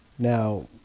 Now